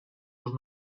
los